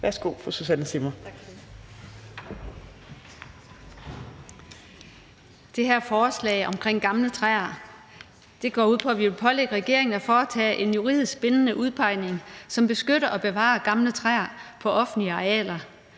Værsgo til fru Susanne Zimmer.